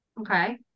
okay